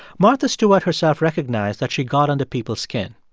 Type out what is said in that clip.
martha stewart herself recognized that she got under people's skin.